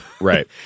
Right